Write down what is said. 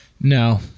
No